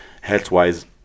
Health-wise